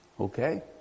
Okay